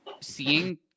seeing